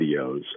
videos